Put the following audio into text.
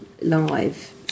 live